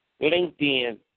LinkedIn